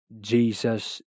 Jesus